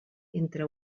entre